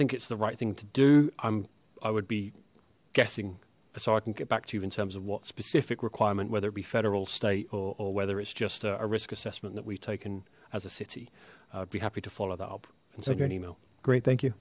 think it's the right thing to do i'm i would be guessing so i can get back to you in terms of what specific requirement whether it be federal state or whether it's just a risk assessment that we've taken as a city i'd be happy to follow that up and send you an email great thank you